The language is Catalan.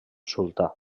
sultà